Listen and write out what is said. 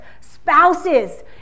spouses